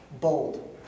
bold